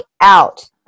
out